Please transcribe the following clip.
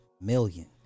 million